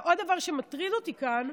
לא.